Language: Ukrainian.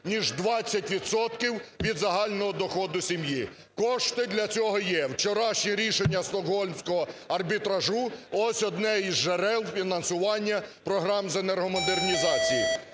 відсотків від загального доходу сім'ї. Кошти для цього є. Вчорашнє рішення Стокгольмського арбітражу – ось одне із джерел фінансування програм з енергомодернізації.